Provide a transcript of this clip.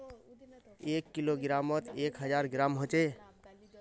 एक किलोग्रमोत एक हजार ग्राम होचे